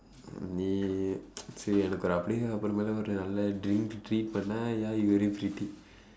நீ சரி அப்புறமேலே:sari appurameelee drink treat பண்ணுனா:pannunaa ya you very pretty